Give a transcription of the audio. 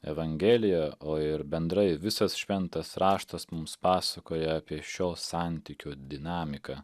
evangelija o ir bendrai visas šventas raštas mums pasakoja apie šio santykio dinamiką